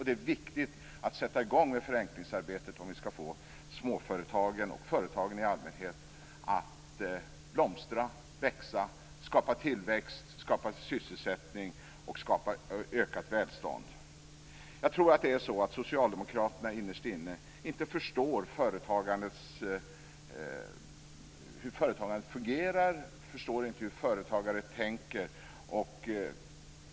Det är viktigt att sätta i gång med förenklingsarbetet om småföretag och företag i allmänhet skall kunna blomstra, växa, skapa tillväxt, sysselsättning och ökat välstånd. Socialdemokraterna förstår nog inte innerst inne hur företagandet fungerar och hur företagare tänker.